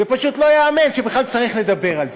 זה פשוט לא ייאמן שבכלל צריך לדבר על זה.